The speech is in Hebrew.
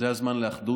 זה הזמן לאחדות.